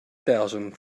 thousand